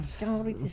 God